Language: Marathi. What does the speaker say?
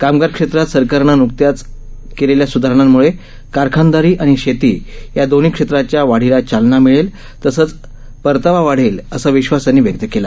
कामगार क्षेत्रात सरकारनं नुकत्याच क्ल्ल्या सुधारणांमुळे कारखानदारी आणि शेती या दोन्ही क्षेत्राच्या वाढीला चालना मिळेल तसंच परतीवी वाढेल असा विश्वास त्यांनी व्यक्त केला